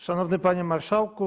Szanowny Panie Marszałku!